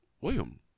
William